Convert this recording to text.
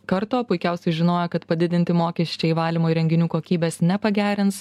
karto puikiausiai žinojo kad padidinti mokesčiai valymo įrenginių kokybės nepagerins